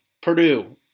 Purdue